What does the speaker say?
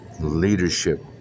Leadership